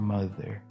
Mother